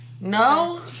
No